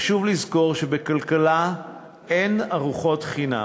חשוב לזכור שבכלכלה אין ארוחות חינם.